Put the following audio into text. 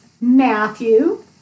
Matthew